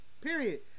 Period